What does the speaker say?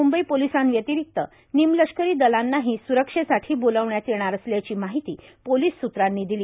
म्ंबई पोलिसांव्यतिरिक्त निमलष्करी दलांनाही स्रक्षेसाठी बोलावण्यात येणार असल्याची माहिती पोलीस सूत्रांनी दिली